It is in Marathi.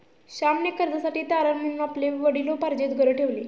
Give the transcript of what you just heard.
श्यामने कर्जासाठी तारण म्हणून आपले वडिलोपार्जित घर ठेवले